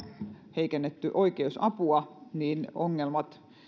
heikennetty oikeusapua niin ongelmat